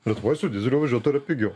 lietuvoj su dyzeliu važiuot yra pigiau